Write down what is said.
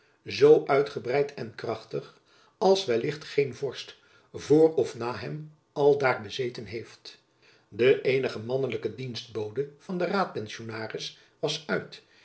zoo uitgebreid en krachtig als wellicht geen vorst voor of na hem aldaar bezeten heeft de eenige mannelijke dienstbode van den raadpensionaris was uit